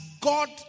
God